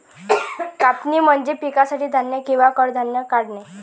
कापणी म्हणजे पिकासाठी धान्य किंवा कडधान्ये काढणे